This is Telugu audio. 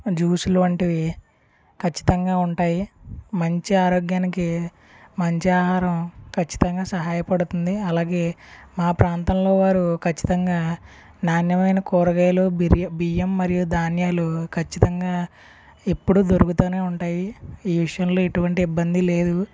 జ్యూసుల వంటివి ఖచ్చితంగా ఉంటాయి మంచి ఆరోగ్యానికి మంచి ఆహరం ఖచ్చితంగా సహాయపడుతుంది అలాగే మా ప్రాంతంలో వారు ఖచ్చితంగా నాణ్యమైన కూరగాయలు బిర్ బియ్యం మరియు ధాన్యాలు ఖచ్చితంగా ఎప్పుడూ దొరుకుతూనే ఉంటాయి ఈ విషయంలో ఎటువంటి ఇబ్బంది లేదు